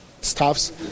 staffs